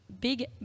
Big